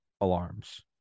alarms